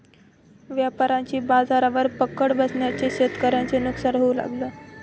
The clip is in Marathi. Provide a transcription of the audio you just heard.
व्यापाऱ्यांची बाजारावर पकड बसल्याने शेतकऱ्यांना नुकसान होऊ लागलं